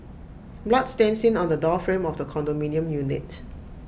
blood stain seen on the door frame of the condominium unit